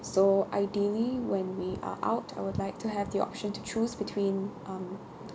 so ideally when we are out I would like to have the option to choose between um